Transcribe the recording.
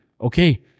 Okay